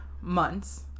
months